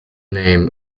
name